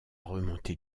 remontée